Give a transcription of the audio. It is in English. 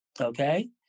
Okay